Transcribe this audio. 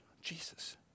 Jesus